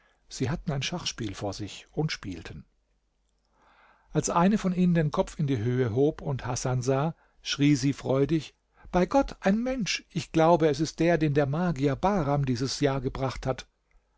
sie hatten ein schachspiel vor sich und spielten als eine von ihnen den kopf in die höhe hob und hasan sah schrie sie freudig bei gott ein mensch ich glaube es ist der den der magier bahram dieses jahr gebracht hat